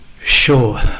Sure